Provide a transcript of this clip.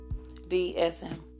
DSM